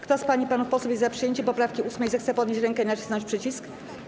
Kto z pań i panów posłów jest za przyjęciem poprawki 8., zechce podnieść rękę i nacisnąć przycisk.